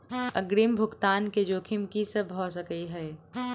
अग्रिम भुगतान केँ जोखिम की सब भऽ सकै हय?